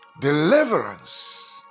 deliverance